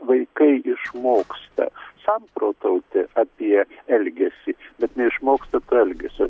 vaikai išmoksta samprotauti apie elgesį bet neišmoksta to elgesio